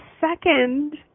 second